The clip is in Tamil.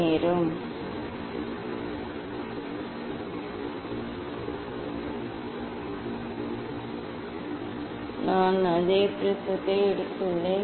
நான் அதே ப்ரிஸத்தை எடுத்துள்ளேன்